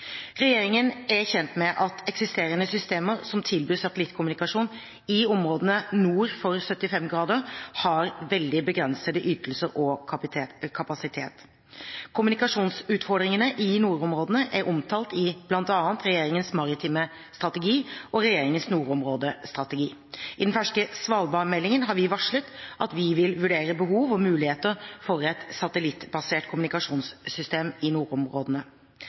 Regjeringen er kjent med at eksisterende systemer som tilbyr satellittkommunikasjon i områdene nord for 75 grader, har veldig begrenset ytelse og kapasitet. Kommunikasjonsutfordringene i nordområdene er omtalt i bl.a. regjeringens maritime strategi og regjeringens nordområdestrategi. I den ferske Svalbard-meldingen har vi varslet at vi vil vurdere behov og muligheter for et satellittbasert kommunikasjonssystem i nordområdene.